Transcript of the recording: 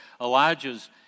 Elijah's